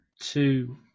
two